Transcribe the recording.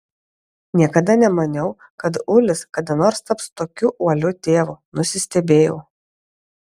niekada nemaniau kad ulis kada nors taps tokiu uoliu tėvu nusistebėjau